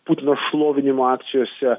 putino šlovinimo akcijose